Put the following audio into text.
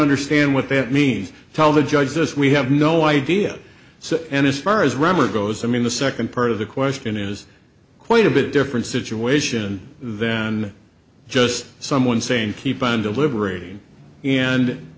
understand what that means tell the judge this we have no idea so and as far as rammer goes i mean the second part of the question is quite a bit different situation then just someone saying keep on deliberating and